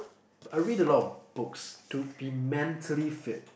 I read a lot of books to be mentally fit